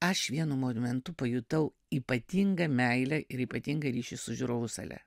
aš vienu momentu pajutau ypatingą meilę ir ypatingą ryšį su žiūrovų sale